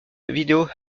vidéo